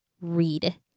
read